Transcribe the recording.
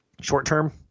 Short-term